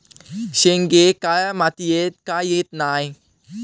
शेंगे काळ्या मातीयेत का येत नाय?